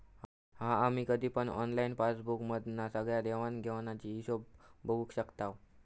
हा आम्ही कधी पण ऑनलाईन पासबुक मधना सगळ्या देवाण घेवाणीचो हिशोब बघू शकताव